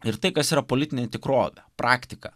ir tai kas yra politinė tikrovė praktika